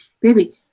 baby